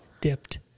dipped